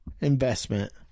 investment